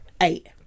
eight